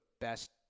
best